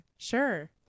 sure